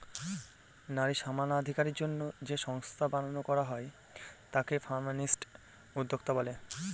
নারী সমানাধিকারের জন্য যে সংস্থাগুলা বানানো করা হয় তাকে ফেমিনিস্ট উদ্যোক্তা বলে